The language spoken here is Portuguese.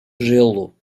gelo